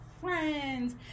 friends